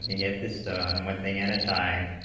and get this done one thing at a time